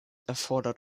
erfordert